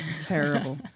Terrible